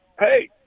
hey